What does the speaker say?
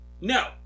No